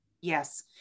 Yes